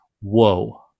Whoa